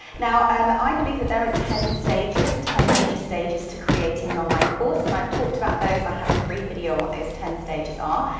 now, and i believe that there are ten stages, ten major stages to creating an online course, and i've talked about those. i have a free video on what those ten stages are,